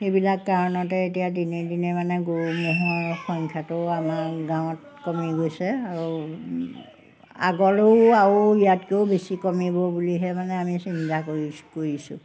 সেইবিলাক কাৰণতে এতিয়া দিনে দিনে মানে গৰু ম'হৰ সংখ্যাটোও আমাৰ গাঁৱত কমি গৈছে আৰু আগলৈও আৰু ইয়াতকৈও বেছি কমিব বুলিহে মানে আমি চিন্তা কৰিছোঁ